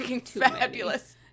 fabulous